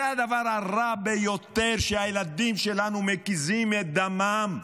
זה הדבר הרע ביותר, שהילדים שלנו מקיזים את דמם.